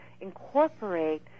incorporate